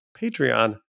Patreon